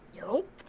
Nope